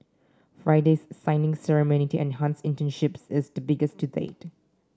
Friday's signing ceremony to enhance internships is the biggest to date